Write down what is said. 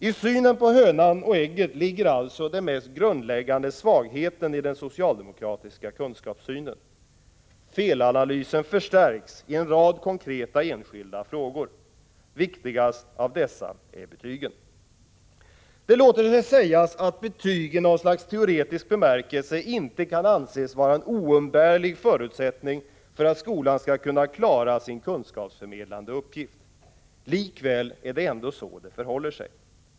I synen på hönan och ägget ligger alltså den mest grundläggande svagheten i den socialdemokratiska kunskapssynen. Felanalysen förstärks i en rad konkreta enskilda frågor. Viktigast av dessa är betygen. Det låter sig sägas att betygen i något slags teoretisk bemärkelse inte kan anses vara en oumbärlig förutsättning för att skolan skall kunna klara sin kunskapsförmedlande uppgift. Likväl är det ändå så det förhåller sig.